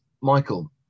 Michael